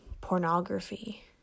Pornography